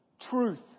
truth